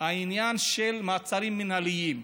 העניין של מעצרים מינהליים,